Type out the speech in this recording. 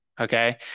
Okay